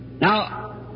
Now